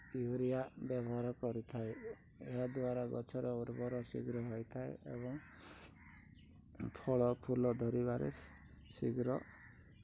urea ବ୍ୟବହାର କରିଥାଏ ଏହାଦ୍ୱାରା ଗଛର ଉର୍ବର ଶୀଘ୍ର ହୋଇଥାଏ ଏବଂ ଫଳ ଫୁଲ ଧରିବାରେ ଶୀଘ୍ର